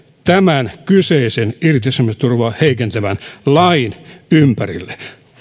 tämän kyseisen irtisanomisturvaa heikentävän lain ympärille